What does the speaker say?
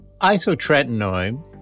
Isotretinoin